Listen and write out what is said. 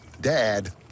dad